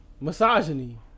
Misogyny